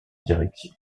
direction